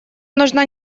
нужна